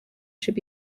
should